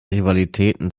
rivalitäten